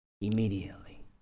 immediately